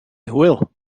hwyl